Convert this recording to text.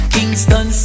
Kingston